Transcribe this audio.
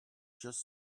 just